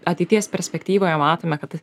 ateities perspektyvoje matome kad